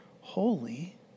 holy